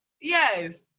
Yes